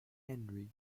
henry